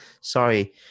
sorry